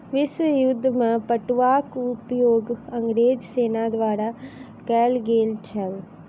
विश्व युद्ध में पटुआक उपयोग अंग्रेज सेना द्वारा कयल गेल छल